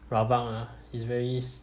rabak ah it's very